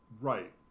Right